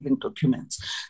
documents